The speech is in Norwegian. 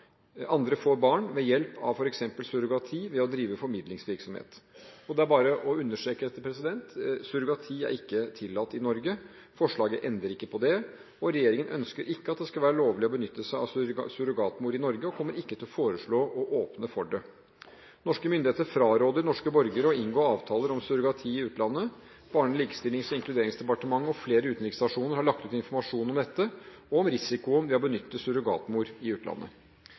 ved hjelp av f.eks. surrogati, ved å drive formidlingsvirksomhet. Det er bare å understreke: Surrogati er ikke tillatt i Norge, forslaget endrer ikke på det. Regjeringen ønsker ikke at det skal være lovlig å benytte seg av surrogatmor i Norge, og kommer ikke til å foreslå å åpne for det. Norske myndigheter fraråder norske borgere å inngå avtaler om surrogati i utlandet. Barne-, likestillings- og inkluderingsdepartementet og flere utenriksstasjoner har lagt ut informasjon om dette og om risikoen ved å benytte surrogatmor i utlandet.